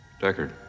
Deckard